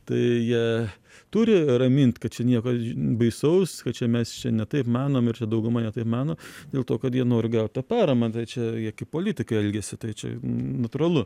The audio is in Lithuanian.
tai jie turi ramint kad čia nieko baisaus kad čia mes čia ne taip manom ir čia dauguma ne taip mano dėl to kad jie nori gaut tą paramą tai čia jie kaip politikai elgiasi tai čia natūralu